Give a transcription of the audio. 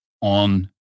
on